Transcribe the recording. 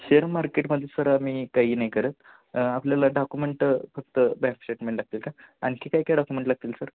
share मार्केटमध्ये sir आम्ही काही नाही करत आपल्याला डॉक्युमेंट फक्त बॅक स्टेटमेंट लागतील का आणखी काय काय डॉक्युमेंट लागतील सर